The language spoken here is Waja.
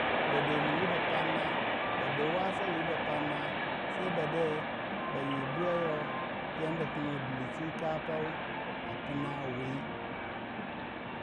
Ba de nungu ba panna ba de wasa ba pannah sei bade ba nyi buya yoh yadda ku no duii chinkafa wo a punah wih.